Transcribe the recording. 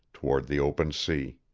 toward the open sea.